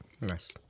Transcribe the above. Nice